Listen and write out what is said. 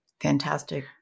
fantastic